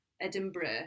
Edinburgh